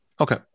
Okay